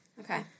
Okay